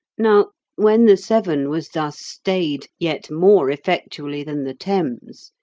now when the severn was thus stayed yet more effectually than the thames,